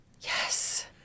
yes